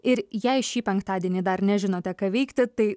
ir jei šį penktadienį dar nežinote ką veikti tai